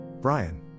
Brian